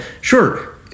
sure